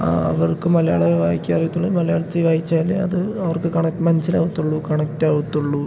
ആ അവർക്ക് മലയാളേ വായിക്കാനറിയത്തുള്ളൂ മലയാളത്തിൽ വായിച്ചാൽ അത് അവർക്ക് കണക്ക് മനസ്സിലാകത്തുള്ളൂ കണക്റ്റാകത്തുള്ളൂ